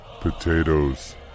potatoes